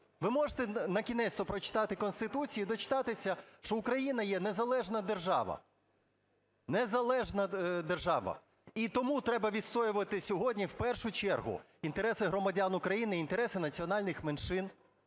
Ви можете накінець-то прочитати Конституцію і дочитатися, що Україна є незалежна держава? Незалежна держава. І тому треба відстоювати сьогодні в першу чергу інтереси громадян України: інтереси національних меншин,